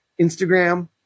Instagram